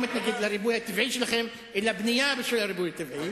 אני לא מתנגד לריבוי הטבעי שלכם אלא לבנייה בשביל הריבוי הטבעי.